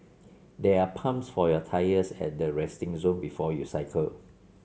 there are pumps for your tyres at the resting zone before you cycle